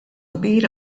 kbir